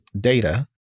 data